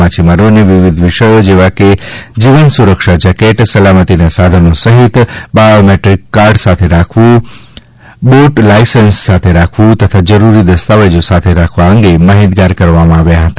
માછીમારોને વિવિધ વિષયો જેવા કે જીવન સુરક્ષા જૈકેટ સલામતીના સાધનો સહિત બાયોમેટ્રીક કાર્ડ સાથે રાખવું બોટ લાયસન્સ તથા જરૂરી દસ્તાવેજો સાથે રાખવા અંગે માહિતગા કરવામાં આવ્યા હતા